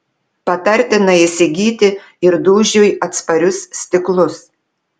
patartina įsigyti ir dūžiui atsparius stiklus